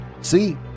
See